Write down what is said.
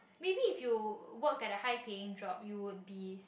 maybe if you work at a high paying job you would be